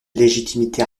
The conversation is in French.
légitimité